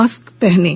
mask पहनें